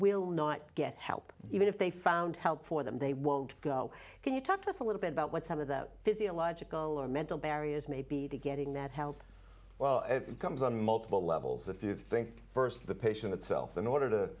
will not get help even if they found help for them they won't go can you talk to us a little bit about what some of the physiological or mental barriers may be to getting that help well it comes on multiple levels if you think first the patient itself in order to